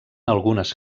algunes